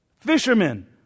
Fishermen